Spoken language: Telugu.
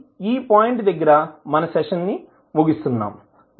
కాబట్టి ఈ పాయింట్ దగ్గర మన సెషన్ ని ముగిస్తున్నాను